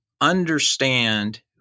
understand